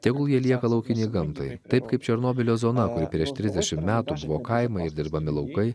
tegul jie lieka laukinei gamtai taip kaip černobylio zona kur prieš trisdešimt metų buvo kaimai ir dirbami laukai